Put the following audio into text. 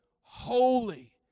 holy